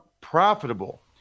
profitable